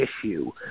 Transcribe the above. issue